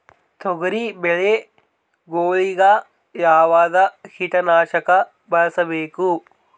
ತೊಗರಿಬೇಳೆ ಗೊಳಿಗ ಯಾವದ ಕೀಟನಾಶಕ ಬಳಸಬೇಕು?